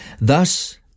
Thus